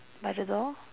by the door